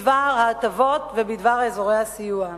בדבר ההטבות ובדבר אזורי הסיוע.